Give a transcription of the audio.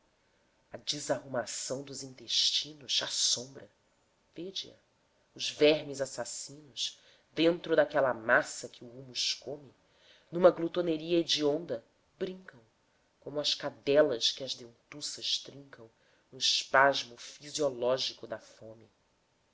a desarrumação dos intestinos assombra vede a os vermes assassinos dentro daquela massa que o húmus come numa glutoneria hedionda brincam como as cadelas que as dentuças trincam no espasmo fisiológico da fome